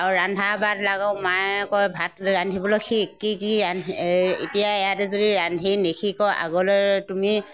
আৰু ৰন্ধা বঢ়াত লাগোঁ মায়ে কয় ভাত ৰান্ধিবলৈ শিক কি কি ৰান্ধি এতিয়া ইয়াতেই যদি ৰান্ধি নিশিক আগলৈ তুমি